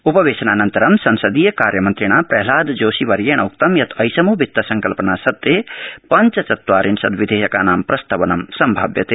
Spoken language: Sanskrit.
उपवेशनानन्तर संसदीय कार्यमन्त्रिणा प्रह्लाद जोशी वर्येणोक्तं यत् एषमो वित्तसंकल्पनासत्रे पञ्चचत्वारिशद विधेयकनां प्रस्तवनं सम्भाव्यते